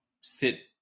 sit